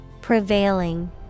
prevailing